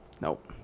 nope